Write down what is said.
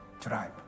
tribe